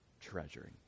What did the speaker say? treasuring